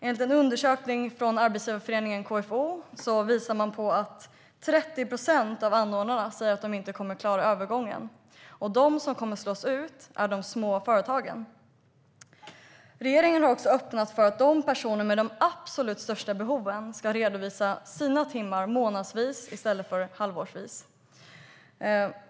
En undersökning från arbetsgivareföreningen KFO visar att 30 procent av anordnarna inte kommer att klara övergången. Och de som kommer att slås ut är de små företagen. Regeringen har också öppnat för att personer med de absolut största behoven ska redovisa sina timmar månadsvis i stället för halvårsvis.